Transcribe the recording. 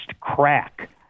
crack